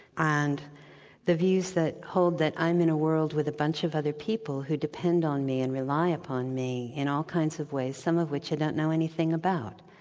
and the views that hold that i'm in a world with a bunch of other people who depend on me and rely upon me, in all kinds of ways, some of which i don't know anything about,